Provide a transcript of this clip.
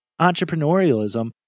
entrepreneurialism